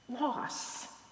loss